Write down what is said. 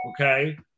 okay